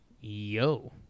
yo